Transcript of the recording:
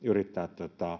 pitäisi yrittää